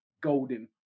golden